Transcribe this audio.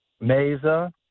Mesa